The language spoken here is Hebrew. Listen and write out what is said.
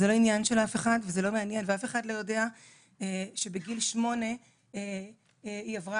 זה לא עניין של אף וזה לא מעניין ואף אחד לא יודע שבגיל שמונה היא עברה